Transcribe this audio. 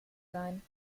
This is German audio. sein